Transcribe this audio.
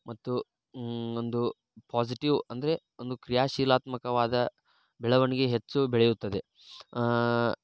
ಮತ್ತು ಒಂದು ಪಾಸಿಟಿವ್ ಅಂದರೆ ಒಂದು ಕ್ರೀಯಾಶೀಲಾತ್ಮಕವಾದ ಬೆಳವಣಿಗೆ ಹೆಚ್ಚು ಬೆಳೆಯುತ್ತದೆ ಆಂ